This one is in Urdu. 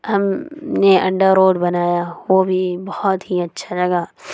ہم نے انڈا رول بنایا وہ بھی بہت ہی اچھا لگا